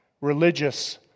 religious